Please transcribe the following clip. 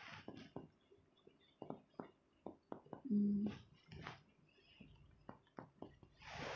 mm